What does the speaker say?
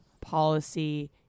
policy